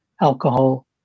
alcohol